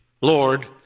Lord